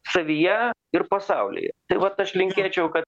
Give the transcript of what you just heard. savyje ir pasaulyje tai vat aš linkėčiau kad